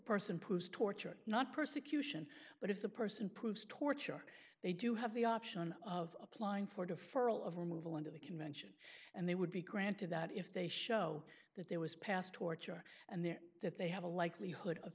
person proves torture not persecution but if the person proves torture they do have the option of applying for deferral of removal under the convention and they would be granted that if they show that there was past torture and there that they have a likelihood of